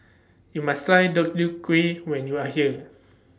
YOU must Try Deodeok Gui when YOU Are here